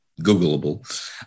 Googleable